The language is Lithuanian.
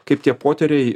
kaip tie poteriai